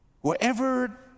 Wherever